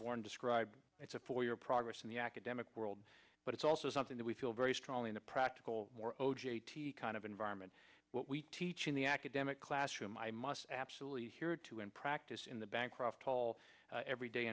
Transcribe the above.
borne describe it for your progress in the academic world but it's also something that we feel very strongly in the practical more o j t kind of environment what we teach in the academic classroom i must absolutely hear to in practice in the bancroft hall every day